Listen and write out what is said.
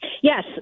Yes